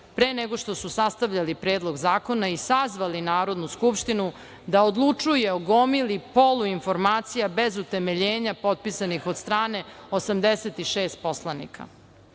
pre nego što su sastavljali Predlog zakona i sazvali Narodnu skupštinu da odlučuje o gomili poluinformacija, bez utemeljenja, potpisanih od strane 86 poslanika? Jasno